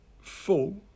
full